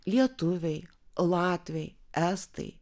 lietuviai latviai estai